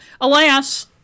Alas